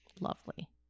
Lovely